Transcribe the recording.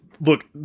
Look